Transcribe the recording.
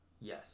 Yes